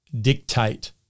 dictate